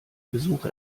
besuch